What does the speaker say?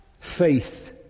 faith